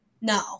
No